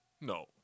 No